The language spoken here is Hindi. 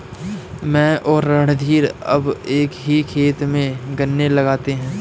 मैं और रणधीर अब एक ही खेत में गन्ने लगाते हैं